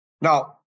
Now